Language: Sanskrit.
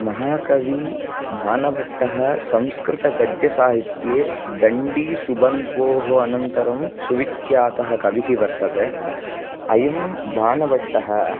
महाकविबाणभट्टः संस्कृतगद्यसाहित्ये दण्डीसुबन्ध्वोः अनन्तरं सुविख्यातः कविः वर्तते अयं बाणभट्टः